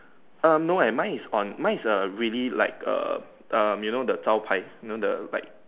um no eh mine is on mine is a really like a um you know the 招牌:Zhao Pai you know the right